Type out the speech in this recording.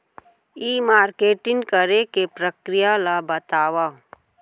ई marketing करे के प्रक्रिया ला बतावव?